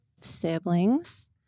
siblings